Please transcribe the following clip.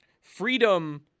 freedom